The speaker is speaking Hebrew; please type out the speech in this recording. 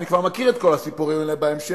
אני כבר מכיר את כל הסיפורים האלה בהמשך,